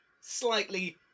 Slightly